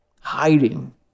hiding